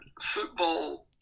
football